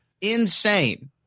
insane